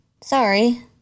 Sorry